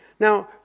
now,